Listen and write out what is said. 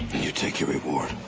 and you take your reward.